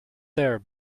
there